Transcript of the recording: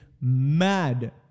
mad